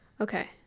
okay